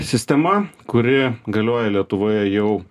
sistema kuri galioja lietuvoje jau